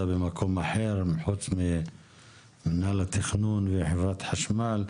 במקום אחר חוץ ממנהל התכנון וחברת חשמל.